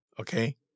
Okay